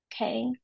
Okay